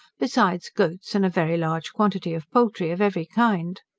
besides goats, and a very large quantity of poultry of every kind.